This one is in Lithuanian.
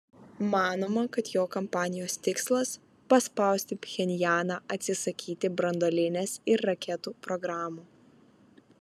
manoma kad jo kampanijos tikslas paspausti pchenjaną atsisakyti branduolinės ir raketų programų